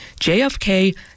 JFK